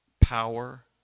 Power